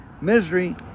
misery